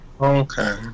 Okay